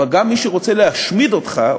אבל גם מי שרוצה להשמיד אותך,